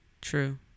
True